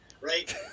right